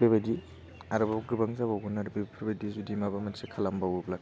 बेबायदि आरोबाव गोबां जाबावगोन आरो बेफोरबायदि जुदि माबा मोनसे खालामबावोब्ला